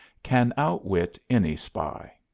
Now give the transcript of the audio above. can outwit any spy.